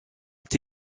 est